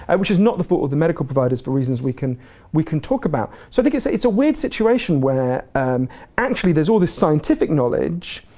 and which is not the fault of the medical providers, for reasons we can we can talk about. so, i think it's a it's a weird situation where um actually there's all this scientific knowledge,